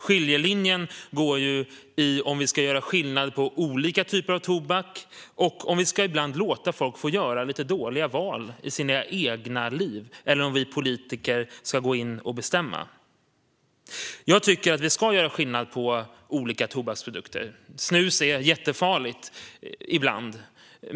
Skiljelinjen går vid frågan om vi ska göra skillnad på olika typer av tobak och vid frågan om vi ibland ska låta folk få göra lite dåliga val i sina egna liv eller om vi politiker ska gå in och bestämma. Jag tycker att vi ska göra skillnad på olika tobaksprodukter. Snus är jättefarligt ibland.